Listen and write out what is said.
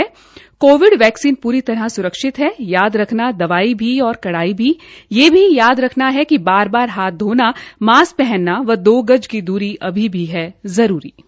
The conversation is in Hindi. कोविड वैक्सीन पूरी तरह सुरक्षित है याद रखना दवाई भी और कड़ाई भी यह भी याद रखना है कि बार बार हाथ धोना मास्क पहनना व दो गज की दूरी अभी भी जरूरी है